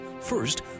first